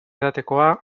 edatekoa